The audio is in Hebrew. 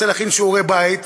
רוצה להכין שיעורי בית,